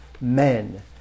men